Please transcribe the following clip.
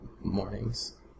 mornings